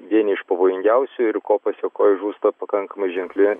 vieni iš pavojingiausių ir ko pasekoj žūsta pakankamai ženkli